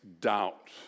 doubt